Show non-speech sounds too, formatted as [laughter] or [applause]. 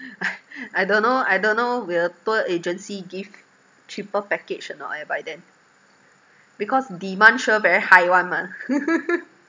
I I don't know I don't know will tour agency give cheaper package or not eh by then because demand sure very high [one] mah [laughs]